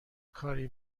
کاری